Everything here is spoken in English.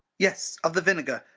yes, of the vinegar,